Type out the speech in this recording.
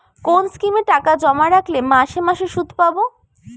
কোন স্কিমে টাকা জমা রাখলে মাসে মাসে সুদ পাব?